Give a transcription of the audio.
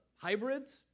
hybrids